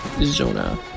Zona